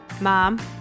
mom